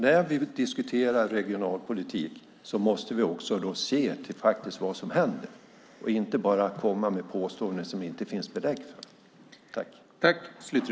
När vi diskuterar regionalpolitik måste vi se vad som faktiskt händer och inte bara komma med påståenden som det inte finns belägg för.